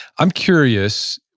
i'm curious,